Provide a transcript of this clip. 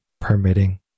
permitting